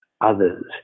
others